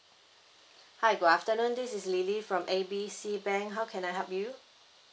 hi good afternoon this is lily from A B C bank how can I help you